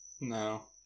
No